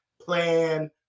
plan